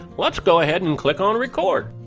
let's go ahead and click on record.